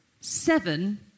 seven